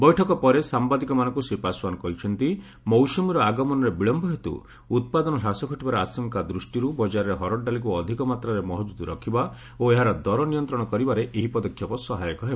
ବୈଠକ ପରେ ସାମ୍ବାଦିକମାନଙ୍କୁ ଶ୍ରୀ ପାଶଓ୍ୱାନ୍ କହିଛନ୍ତି ମୌସୁମୀର ଆଗମନରେ ବିଳମ୍ଘ ହେତୁ ଉତ୍ପାଦନ ହ୍ରାସ ଘଟିବାର ଆଶଙ୍କା ଦୃଷ୍ଟିରୁ ବଜାରରେ ହରଡ଼ ଡାଲିକୁ ଅଧିକ ମାତ୍ରାରେ ମହକୁଦ୍ ରଖିବା ଓ ଏହାର ଦର ନିୟନ୍ତ୍ରଣ କରିବାରେ ଏହି ପଦକ୍ଷେପ ସହାୟକ ହେବ